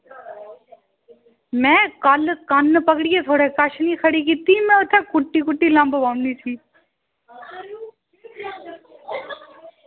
में कल्ल क'न्न पकड़ियै कल्ल थुआढ़े कश खड़ी कीती ते में उत्थें कुट्टी कुट्टी लम्ब पाई ओड़नी इसी